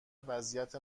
وضعیت